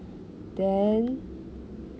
then